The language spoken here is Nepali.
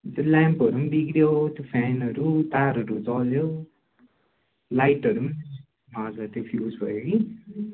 त्यो लेम्पहरू बिग्रियो त्यो फेनहरू तारहरू जल्यो लाइटहरू हजुर त्यो फ्युस भयो कि